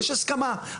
יש הסכמה.